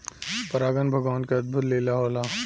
परागन भगवान के अद्भुत लीला होला